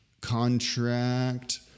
contract